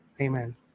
amen